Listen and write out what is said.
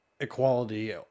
equality